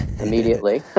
immediately